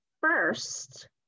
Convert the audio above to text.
First